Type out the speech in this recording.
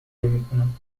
میکند